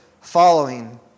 following